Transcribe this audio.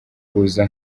kuza